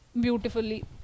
beautifully